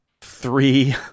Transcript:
three